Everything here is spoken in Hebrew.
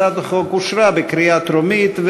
התשע"ד 2014,